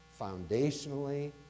foundationally